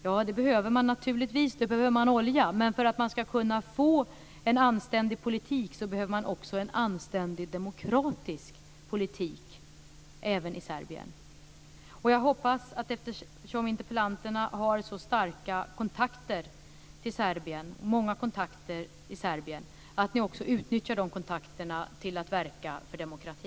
Ja, det behöver man naturligtvis, och då behöver man olja. Men för att man ska kunna få en anständig politik så behöver man en anständig demokratisk politik också i Serbien. Interpellanterna verkar ha många starka kontakter i Serbien. Jag hoppas att de utnyttjar de kontakterna till att verka för demokrati.